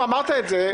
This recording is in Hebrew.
כבר אמרת את זה.